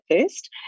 first